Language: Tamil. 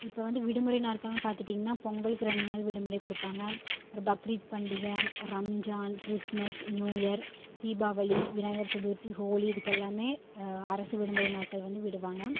இப்போ வந்து விடுமுறை நாட்கள்னு பார்த்துட்டீங்கனா பொங்கலுக்கு ரெண்டு நாள் விடுமுறை கொடுப்பாங்க அப்புறம் பக்ரீத் பண்டிகை Ramzan Christmas New Year Deepavali Vinayagar Chaturthi Holi இதுக்கெல்லாமே அரசு விடுமுறை நாட்கள் வந்து விடுவாங்க